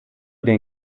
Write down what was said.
den